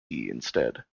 instead